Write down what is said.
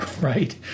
right